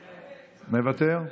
מוותר,